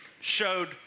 showed